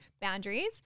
boundaries